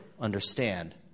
understand